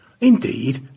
indeed